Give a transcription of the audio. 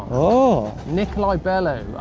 ah nick libello.